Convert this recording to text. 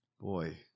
Boy